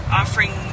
offering